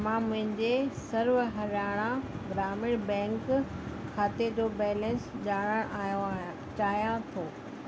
मां मुंहिंजे सर्व हरियाणा ग्रामीण बैंक खाते जो बैलेंस ॼाणणु आयो आयां चाहियां थो